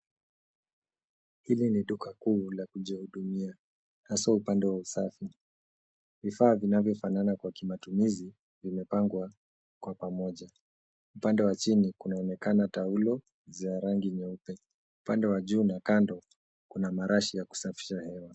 Hili ni duka kuu la kujihudumia, hasa upande wa usafi. Vifaa vinavyofanana kwa kimatumizi, vimepangwa kwa pamoja. Upande wa pili kunaonekana taulo za rangi nyeupe. Upande wa juu na kando, kuna marashi ya kusafisha hewa.